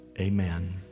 Amen